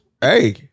Hey